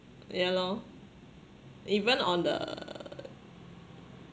ya lor even on the